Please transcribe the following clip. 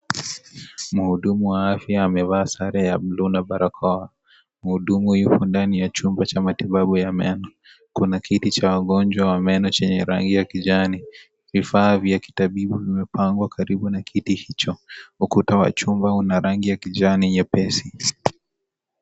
Mhudumu wa afya amevaa au sare ya buluu na barakoa. Mhudumu yumo ndani ya chumba cha matibabu ya meno. Kuna kiti cha wagonjwa wa meno chenye rangi ya kijani. Vifaa vya kitabibu vimepangwa karibu na kiti hicho. Ukuta wa chumba una rangi ya kijani nyepesi.